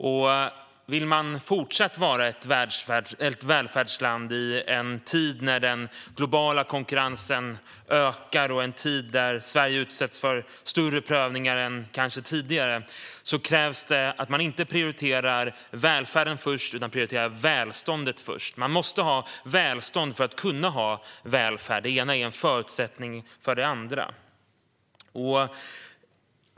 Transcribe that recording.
Om man fortsatt vill vara ett välfärdsland i en tid när den globala konkurrensen ökar och när Sverige utsätts för större prövningar än tidigare krävs att man inte prioriterar välfärden först utan välståndet först. Man måste ha välstånd för att kunna ha välfärd; det ena är en förutsättning för det andra.